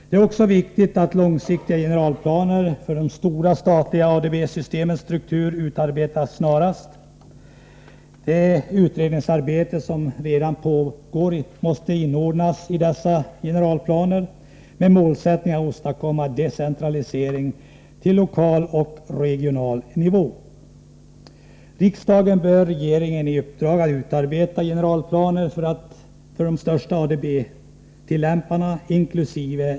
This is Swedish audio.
Det är också viktigt att långsiktiga generalplaner för de stora statliga ADB-systemens struktur utarbetas snarast. Det utredningsarbete som redan pågår måste inordnas i dessa generalplaner med målsättningen att åstadkomma decentralisering till regional och lokal nivå. Riksdagen bör ge regeringen i uppdrag att utarbeta generalplaner för de största ADB-tillämparna inkl.